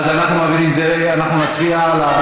מה קשור ועדת הכספים?